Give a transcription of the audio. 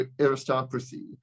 aristocracy